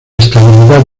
estabilidad